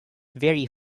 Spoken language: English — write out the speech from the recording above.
very